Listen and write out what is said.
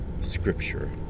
scripture